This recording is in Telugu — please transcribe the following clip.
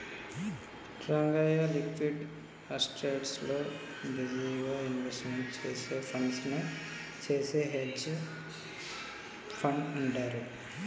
రంగయ్య, నీ లిక్విడ్ అసేస్ట్స్ లో బిజినెస్ ఇన్వెస్ట్మెంట్ చేసే ఫండ్స్ నే చేసే హెడ్జె ఫండ్ అంటారు